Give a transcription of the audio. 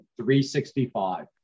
365